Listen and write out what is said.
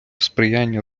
сприяння